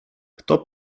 kto